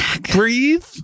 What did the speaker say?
Breathe